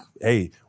hey